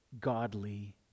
godly